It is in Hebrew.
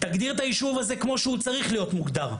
תגדיר את היישוב הזה כמו שהוא צריך להיות מוגדר.